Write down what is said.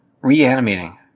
reanimating